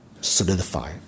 solidify